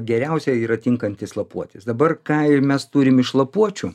geriausia yra tinkantis lapuotis dabar ką ir mes turim iš lapuočių